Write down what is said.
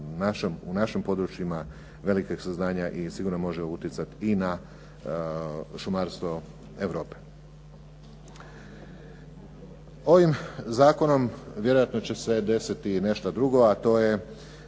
u našim područjima velikih su znanja i sigurno može utjecati i na šumarstvo Europe. Ovim zakonom vjerojatno će se desiti i nešto drugo, a to je